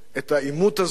את העימות הזה,